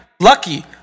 Lucky